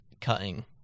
cutting